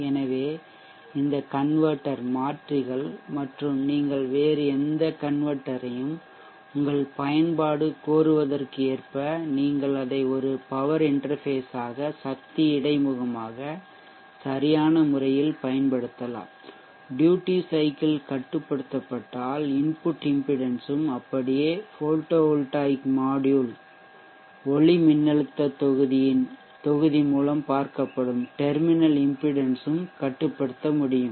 எனவே இந்த கன்வெர்ட்டர் மாற்றிகள் மற்றும் நீங்கள் வேறு எந்த கன்வெர்ட்டர் ஐயும் உங்கள் பயன்பாடு கோருவதற்கு ஏற்ப நீங்கள் அதை ஒரு பவர் இன்டெர்ஃபேஷ் ஆக சக்தி இடைமுகமாக சரியான முறையில் பயன்படுத்தலாம் ட்யூட்டி சைக்கிள் கட்டுப்படுத்தப்பட்டால் இன்புட் இம்பிடென்ஷ் ம் அப்படியே போட்டோ வோல்டாயிக் மாட்யூல் ஒளிமின்னழுத்த தொகுதி மூலம் பார்க்கப்டும் டெர்மினல் இம்பிடென்ஷ் ம் கட்டுப்படுத்த முடியும்